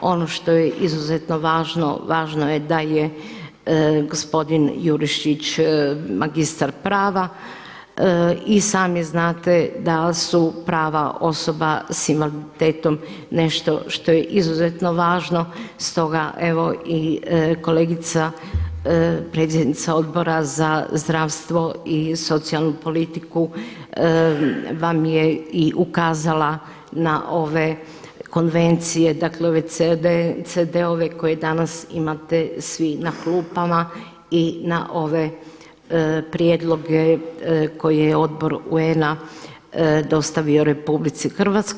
Ono što je izuzetno važno, važno je da je gospodin Jurišić magistar prava i sami znate da su prava osoba s invaliditetom nešto što je izuzetno važno stoga evo i kolegice predsjednica Odbora za zdravstvo i socijalnu politiku vam je i ukazala na ove konvencije, dakle ove CD-ove koje danas imate svi na klupama i na ove prijedloge koje je odbor UN-a dostavio RH.